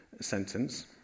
sentence